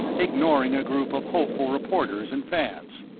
ignoring a group of hopeful reporters and fans.